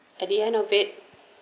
at the end of it